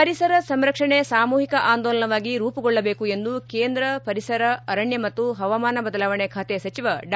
ಪರಿಸರ ಸಂರಕ್ಷಣೆ ಸಾಮೂಹಿಕ ಆಂದೋಲನವಾಗಿ ರೂಪುಗೊಳ್ಳಬೇಕು ಎಂದು ಕೇಂದ್ರ ಪರಿಸರ ಅರಣ್ಯ ಮತ್ತು ಹವಾಮಾನ ಬದಲಾವಣೆ ಖಾತೆ ಸಚಿವ ಡಾ